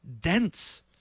dense